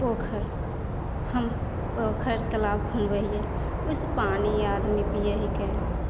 पोखरि हम पोखरि तलाब खुनबै हिए ओहिसे पानि आदमी पीए हिकै